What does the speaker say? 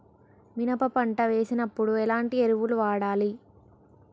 మినప పంట వేసినప్పుడు ఎలాంటి ఎరువులు వాడాలి?